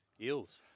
Eels